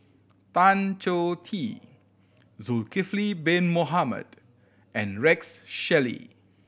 Tan Choh Tee Zulkifli Bin Mohamed and Rex Shelley